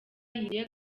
yiteguye